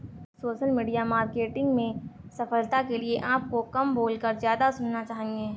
social media marketing में सफलता के लिए आपको कम बोलकर ज्यादा सुनना चाहिए